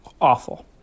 awful